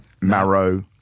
marrow